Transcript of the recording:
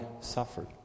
suffered